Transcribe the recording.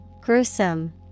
Gruesome